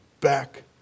back